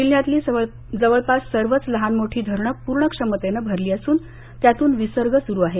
जिल्ह्यातली जवळपास सर्वच लहानमोठी धरणं पूर्ण क्षमतेनं भरली असून त्यातून विसर्ग सुरू आहे